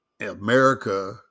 America